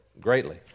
greatly